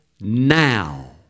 now